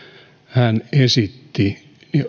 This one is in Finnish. hän esitti tähän ratkaisuun